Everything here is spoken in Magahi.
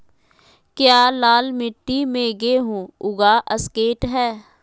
क्या लाल मिट्टी में गेंहु उगा स्केट है?